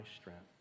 strength